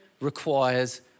requires